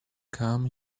come